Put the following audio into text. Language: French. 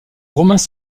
romains